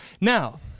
now